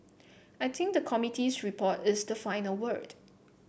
I think the committee's report is the final word